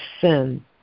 sin